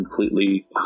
completely